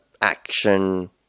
action